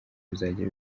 bizajya